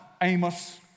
Amos